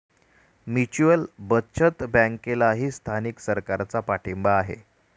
mutual बचत बँकेलाही स्थानिक सरकारचा पाठिंबा आहे